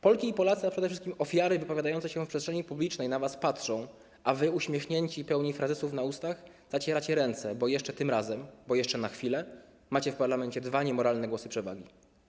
Polki i Polacy, a przede wszystkim ofiary wypowiadające się w przestrzeni publicznej na was patrzą, a wy uśmiechnięci i pełni frazesów na ustach zacieracie ręce, bo jeszcze tym razem, bo jeszcze na chwilę macie w parlamencie dwa niemoralne głosy przewagi.